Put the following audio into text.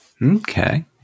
Okay